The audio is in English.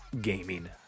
Gaming